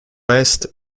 est